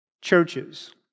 churches